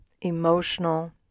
emotional